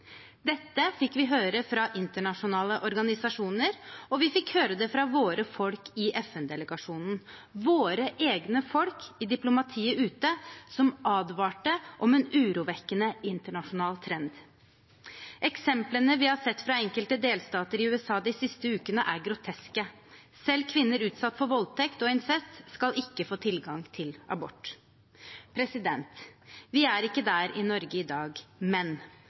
Dette fikk vi høre fra internasjonale organisasjoner, og vi fikk høre det fra våre folk i FN-delegasjonen. Våre egne folk i diplomatiet ute advarte om en urovekkende internasjonal trend. Eksemplene vi har sett fra enkelte delstater i USA de siste ukene, er groteske. Selv kvinner utsatt for voldtekt og incest skal ikke få tilgang til abort. Vi er ikke der i Norge i dag, men